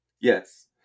Yes